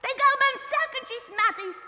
tai gal bent sekančiais metais